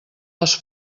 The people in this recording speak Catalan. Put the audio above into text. les